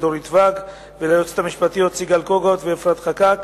דורית ואג וליועצות המשפטיות סיגל קוגוט ואפרת חקאק,